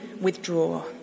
withdraw